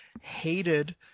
hated